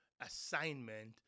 assignment